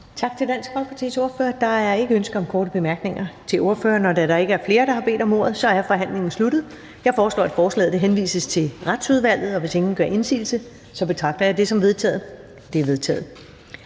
Tak til Dansk Folkepartis ordfører. Der er ikke ønske om korte bemærkninger til ordføreren. Da der ikke er flere, der har bedt om ordet, er forhandlingen sluttet. Jeg foreslår, at forslaget henvises til Retsudvalget. Hvis ingen gør indsigelse, betragter jeg det som vedtaget. Det er vedtaget.